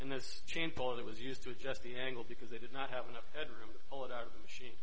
pole that was used to adjust the angle because they did not have enough headroom pull it out of the machine